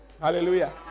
Hallelujah